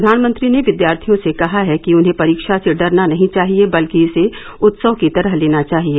प्रधानमंत्री ने विद्यार्थियों से कहा है कि उन्हें परीक्षा से डरना नहीं चाहिए बल्कि इसे उत्सव की तरह लेना चाहिए